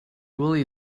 really